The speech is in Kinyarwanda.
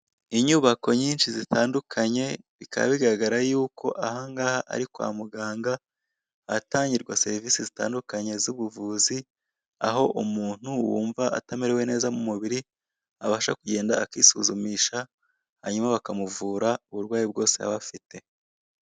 Inyubako nyishi zitandukanye bikaba bigaragara yuko ahangaha ari kwa muganga ahatangirwa serivise zitandukanye z'ubuvuzi aho umuntu wumva atamerewe neza mu mubiri abasha kugenda akisuzumisha hanyuma bakamuvura uburwayi bwose yaba afite.